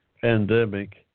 pandemic